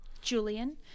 Julian